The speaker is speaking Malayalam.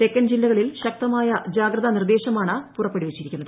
തെക്കൻ ജില്ലകളിൽ ശക്തമായ ജാഗ്രതാ നിർദേശമാണ് പുറപ്പെടുവിച്ചിരിക്കുന്നത്